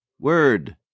word